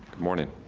morning.